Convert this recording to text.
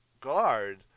guard